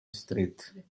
street